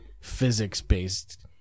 physics-based